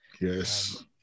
yes